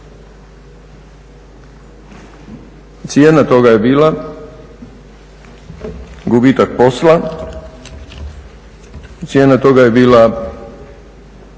Cijena toga je bila gubitak posla, cijena toga je bila